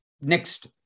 next